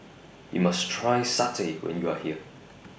YOU must Try Satay when YOU Are here